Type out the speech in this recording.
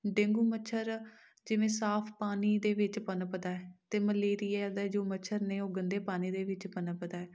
dengue ਮੱਛਰ ਜਿਵੇਂ ਸਾਫ ਪਾਣੀ ਦੇ ਵਿੱਚ ਪਨਪਦਾ ਅਤੇ ਮਲੇਰੀਆ ਦੇ ਜੋ ਮੱਛਰ ਨੇ ਉਹ ਗੰਦੇ ਪਾਣੀ ਦੇ ਵਿੱਚ ਪਨਪਦਾ